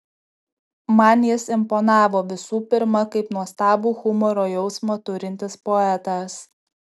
man jis imponavo visų pirma kaip nuostabų humoro jausmą turintis poetas